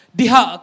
diha